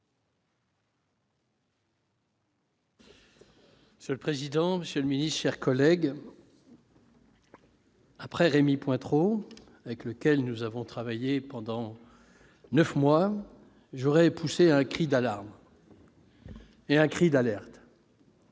Monsieur le président, monsieur le ministre, chers collègues, après Rémy Pointereau, avec lequel j'ai travaillé pendant neuf mois, je voudrais pousser un cri d'alerte, un cri d'alarme